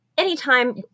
anytime